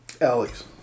Alex